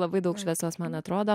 labai daug šviesos man atrodo